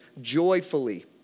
joyfully